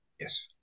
Yes